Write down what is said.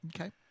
Okay